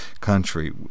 country